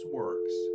works